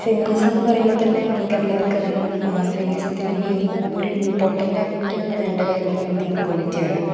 feminism എന്ന് പറയുമ്പോൾ തന്നെ നമുക്ക് എല്ലാവർക്കും അറിയാം ഫെമിനിസത്തിൽ മെയിൻ ഒരു ഇമ്പോർട്ടൻ്റ് ആയിട്ട് വേണ്ട കാര്യം എന്ന് പറയുന്നത് ഈക്വാളിറ്റി ആണ്